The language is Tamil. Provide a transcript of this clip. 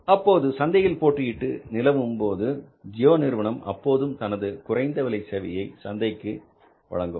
அப்போது சந்தையில் போட்டியிட்டு நிலவும்போது ஜியோ நிறுவனம் அப்போதும் தனது குறைந்த விலை சேவையை சந்தைக்கு வழங்கும்